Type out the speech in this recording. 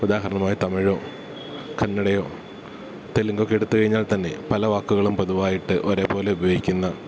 ഉദാഹരണമായി തമിഴോ കന്നഡയോ തെലുങ്കൊക്കെ എടുത്ത് കഴിഞ്ഞാൽത്തന്നെ പല വാക്ക്കളും പൊതുവായിട്ട് ഒരേപോലെ ഉപയോഗിക്കുന്ന